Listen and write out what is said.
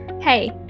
Hey